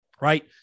right